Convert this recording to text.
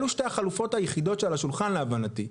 אלו שתי החלופות היחידות שעל השולחן להבנתי.